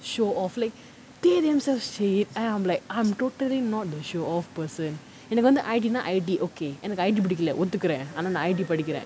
show off like they themselves say it and I'm like I'm totally not the show off person எனக்கு வந்து:enakku vanthu I_T னா:naa I_T okay எனக்கு:enakku I_T புடிக்கல நான் ஒத்துக்குறேன் ஆனா நான்:pudikkala naan othukuraen aanaa naan I_T படிக்குறேன்:padikkuraen